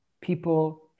people